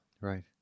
right